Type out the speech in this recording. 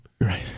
Right